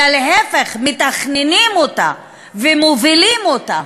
אלא להפך, מתכננים אותה ומובילים אותה.